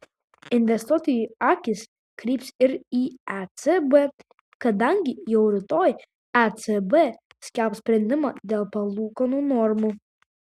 investuotojų akys kryps ir į ecb kadangi jau rytoj ecb skelbs sprendimą dėl palūkanų normų